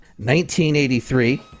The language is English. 1983